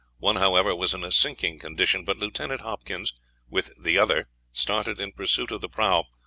one however, was in a sinking condition but lieutenant hopkins with the other started in pursuit of the prahu,